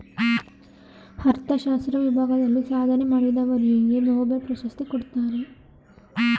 ಅರ್ಥಶಾಸ್ತ್ರ ವಿಭಾಗದಲ್ಲಿ ಸಾಧನೆ ಮಾಡಿದವರಿಗೆ ನೊಬೆಲ್ ಪ್ರಶಸ್ತಿ ಕೊಡ್ತಾರೆ